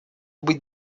быть